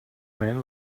man